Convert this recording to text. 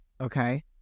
Okay